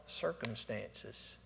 circumstances